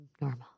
normal